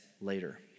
later